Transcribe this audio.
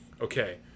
okay